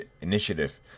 initiative